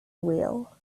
wheel